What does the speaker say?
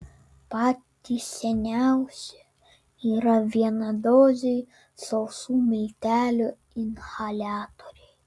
patys seniausi yra vienadoziai sausų miltelių inhaliatoriai